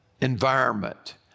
environment